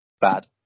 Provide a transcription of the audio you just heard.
Bad